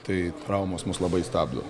tai traumos mus labai stabdo